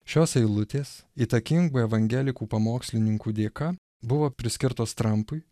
šios eilutės įtakingų evangelikų pamokslininkų dėka buvo priskirtos trampui